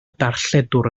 darlledwr